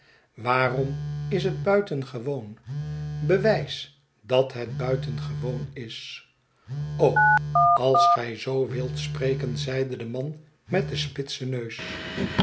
waarom is het buitengewoon bewijs dat het buitengewoon is als gij zoo wilt spreken zeide de man met den spitsen neus